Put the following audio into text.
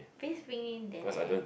please bring me there